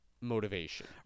motivation